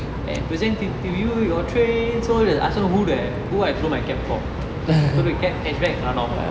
and presenting to you your who I throw my cap for throw the cap catch back run off